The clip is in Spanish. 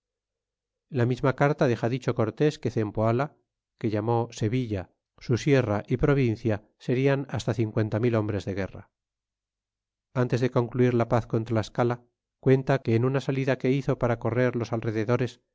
la misma carta deja dicho cortés que zempoala que llamó sevilla su sierra y provincia serian hasta cincuenta mil hombres de guerra antes de concluir la paz con tlascala cuenta que en una salida que hizo para correr los alrededores